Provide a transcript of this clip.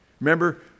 Remember